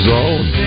Zone